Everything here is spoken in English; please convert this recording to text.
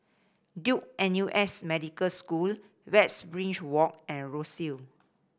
Duke N U S Medical School Westridge Walk and Rosyth